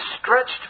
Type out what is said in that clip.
stretched